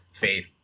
faith